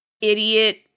idiot